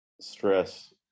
stress